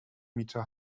metre